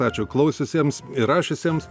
ačiū klausiusiems ir rašiusiems